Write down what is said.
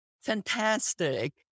fantastic